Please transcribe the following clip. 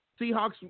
Seahawks